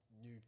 new